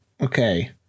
Okay